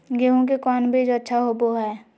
गेंहू के कौन बीज अच्छा होबो हाय?